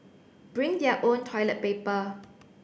bring their own toilet paper